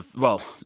ah well,